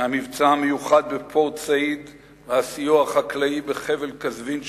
מהמבצע המיוחד בפורט-סעיד והסיוע החקלאי בחבל קאזווין שבאירן,